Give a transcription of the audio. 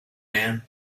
man